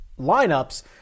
lineups